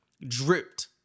dripped